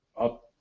up